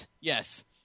yes